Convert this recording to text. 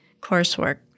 coursework